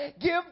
Give